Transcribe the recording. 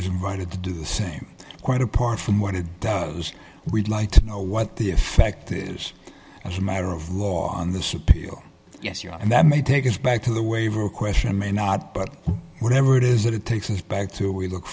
isn't right to do the same quite apart from what it does we'd like to know what the effect is as a matter of law on this appeal yes yeah and that may take us back to the waiver question may not but whatever it is it takes us back to we look